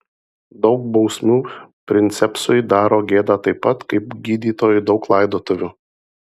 daug bausmių princepsui daro gėdą taip pat kaip gydytojui daug laidotuvių